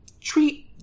treat